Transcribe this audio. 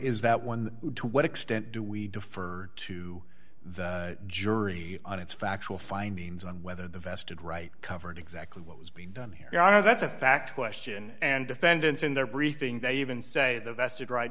is that one to what extent do we defer to the jury on its factual findings on whether the vested right covered exactly what was being done here are that's a fact question and defendants in their briefing they even say the vested ri